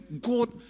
God